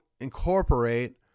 incorporate